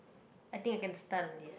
I think I can start on this